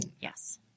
Yes